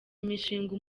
imishinga